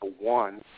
one